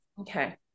Okay